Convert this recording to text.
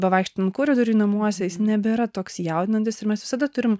bevaikštant koridoriuj namuose jis nebėra toks jaudinantis ir mes visada turim